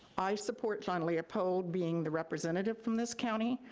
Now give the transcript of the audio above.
i support john leopold being the representative from this county.